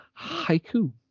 haiku